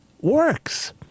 works